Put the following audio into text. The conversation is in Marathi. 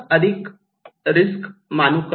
ज्याला आपण अधिक रिस्क मानू का